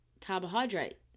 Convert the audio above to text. carbohydrate